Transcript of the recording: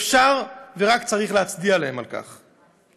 אפשר ורק צריך להצדיע להם על כך.